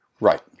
right